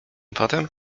potem